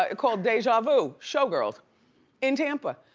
ah called deja vu showgirls in tampa.